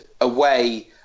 away